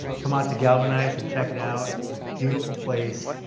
come out to galvanize and check it out. it's a beautiful place.